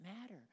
matter